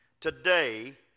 today